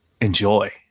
Enjoy